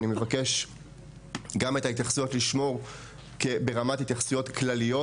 אני מבקש גם את ההתייחסויות לשמור ברמת התייחסויות כלליות,